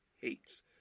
hates